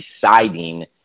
deciding